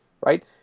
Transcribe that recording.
right